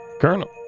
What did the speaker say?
Colonel